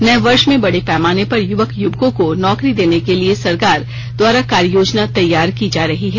नए वर्ष में बड़े पैमाने पर युवक युवकों को नौकरी देने के लिए सरकार द्वारा कार्य योजना तैयार की जा रही है